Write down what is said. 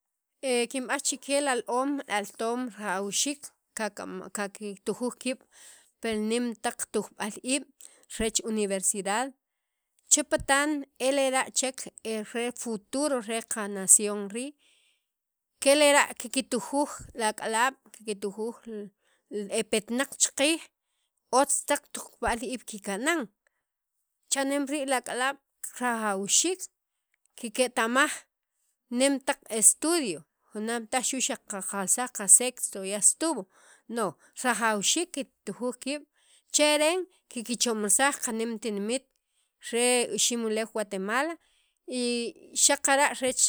kinb'aj chikye li al oom altoom rajawxiik kika kiktujuj kiib' pil nem taq tujb'al iib' reech universidad che patan e lera' chek e re futuro re qa nación rii' ke lera' kikitujuj li ak'alaab' kiktujuj li e petnaq cha qiij os taq tujb'al iib' kika'an cha'nem rii' li ak'alaab' rajawxiik kiketa'maj nem taq estudio junaam taj xu' qaqelsaj qa sexto ya es tuvo no rajawxiik kiktujuj kiib' cheren kikchomsaj li qa nem tinimit re Iximuleew Gustemala y xaqara' reech